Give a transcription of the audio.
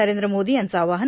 नरेंद्र मोदी यांचं आवाहन